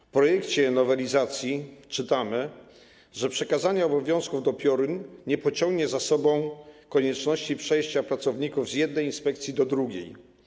W projekcie nowelizacji czytamy, że przekazanie obowiązków do PIORiN nie pociągnie za sobą konieczności przejścia pracowników z jednej inspekcji do drugiej.